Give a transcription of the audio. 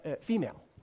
female